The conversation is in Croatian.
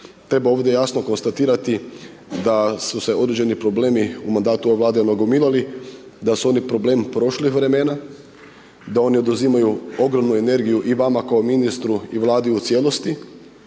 treba ovdje jasno konstatirati da su se određeni problemi u mandatu ove Vlade nagomilali, da su oni problem prošlih vremena, da oni oduzimaju ogromnu energiju i vama kao ministru i Vladi u cijelosti,